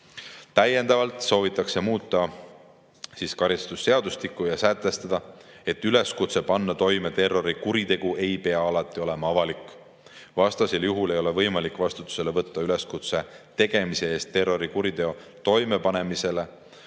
Täiendavalt soovitakse muuta karistusseadustikku ja sätestada, et üleskutse panna toime terrorikuritegu ei pea alati olema avalik. Vastasel juhul ei ole võimalik vastutusele võtta üleskutse eest terrorikuriteo toimepanemisele,